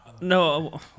No